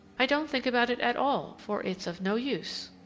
i don't think about it at all, for it's of no use.